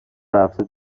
رفته